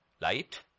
light